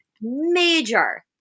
Major